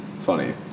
funny